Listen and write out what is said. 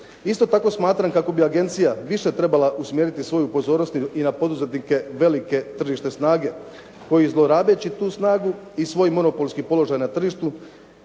Isto tako smatram kako bi agencija više trebala usmjeriti svoju pozornost i na poduzetnike velike tržišne snage koji zlorabeći tu snagu i svoj monopolski položaj na tržištu